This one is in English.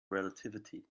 relativity